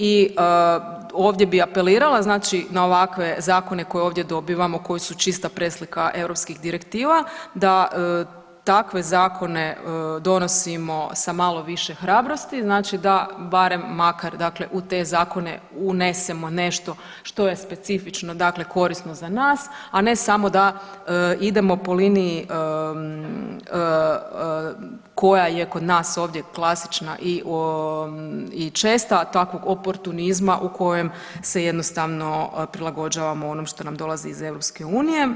I ovdje bi apelirala znači na ovakve zakone koje ovdje dobivamo koji su čista preslika europskih direktiva da takve zakone donosimo sa malo više hrabrosti, znači da barem makar dakle u te zakone unesemo nešto što je specifično, dakle korisno za nas a ne samo da idemo po liniji koja je kod nas ovdje klasična i česta a takvog oportunizma u kojem se jednostavno prilagođavamo onom što nam dolazi iz Europske unije.